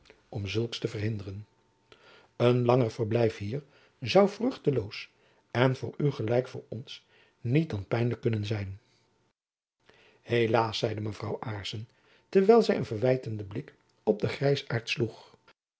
om zulks te verhinderen een langer verblijf hier zoû vruchteloos en voor u gelijk voor ons niet dan pijnlijk kunnen zijn helaas zeide mevrouw aarssen terwijl zy een verwijtenden blik op den grijzaart sloeg